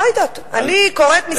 לא יודעת, אני קוראת מספרים.